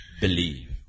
believe